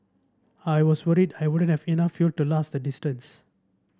I was worried I wouldn't have enough fuel to last the distance